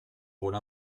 rôle